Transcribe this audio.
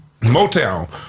Motown